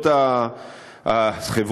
חברות,